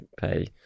pay